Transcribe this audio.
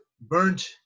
burnt